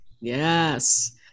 yes